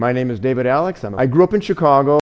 my name is david alex and i grew up in chicago